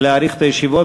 להאריך את הישיבות.